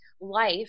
life